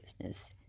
business